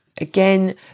again